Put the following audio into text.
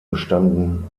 bestanden